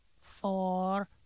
Four